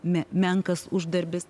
me menkas uždarbis